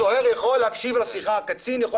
סוהר יכולה להקשיב לשיחה.